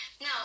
Now